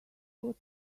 what